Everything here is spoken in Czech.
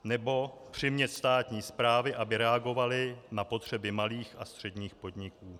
Nebo přimět státní správy, aby reagovaly na potřeby malých a středních podniků.